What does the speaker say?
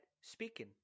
speaking